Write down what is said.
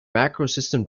macrosystem